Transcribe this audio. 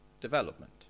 development